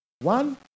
one